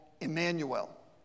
Emmanuel